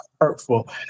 hurtful